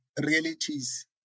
realities